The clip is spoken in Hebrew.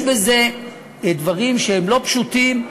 יש בזה דברים שהם לא פשוטים,